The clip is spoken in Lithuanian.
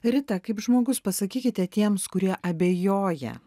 rita kaip žmogus pasakykite tiems kurie abejoja